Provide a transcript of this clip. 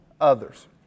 others